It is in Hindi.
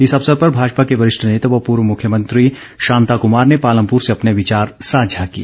इस अवसर पर भाजपा के वरिष्ठ नेता व पूर्व मुख्यमंत्री शांता कमार ने पालमपुर से अपने विचार साझा किए